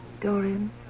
Dorian